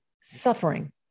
suffering